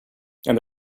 and